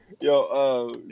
Yo